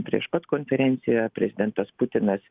prieš pat konferenciją prezidentas putinas